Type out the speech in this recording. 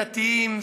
דתיים,